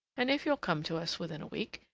and if you'll come to us within a week,